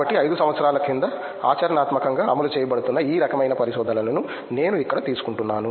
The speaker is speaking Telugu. కాబట్టి 5 సంవత్సరాల క్రింద ఆచరణాత్మకంగా అమలు చేయబడుతున్న ఈ రకమైన పరిశోధనలను నేను ఇక్కడ తీసుకుంటున్నాను